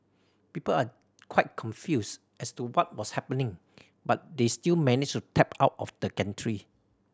people are quite confused as to what was happening but they still managed to tap out of the gantry